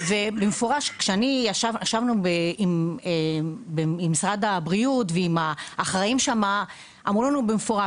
ובמפורש כשישבנו עם משרד הבריאות ועם האחראים שם אמרו לנו במפורש: